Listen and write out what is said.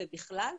ובכלל,